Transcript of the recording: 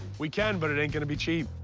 we can, but it ain't gonna be cheap.